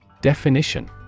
Definition